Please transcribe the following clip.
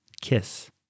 Kiss